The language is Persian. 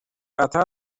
قطر